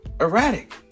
erratic